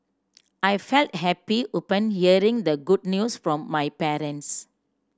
I felt happy upon hearing the good news from my parents